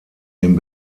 den